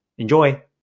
Enjoy